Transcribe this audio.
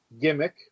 gimmick